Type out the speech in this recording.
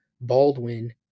Baldwin